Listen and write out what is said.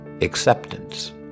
acceptance